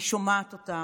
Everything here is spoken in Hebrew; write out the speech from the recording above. אני שומעת אותם,